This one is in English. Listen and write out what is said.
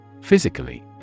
Physically